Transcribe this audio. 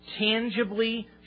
tangibly